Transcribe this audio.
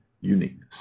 uniqueness